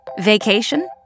Vacation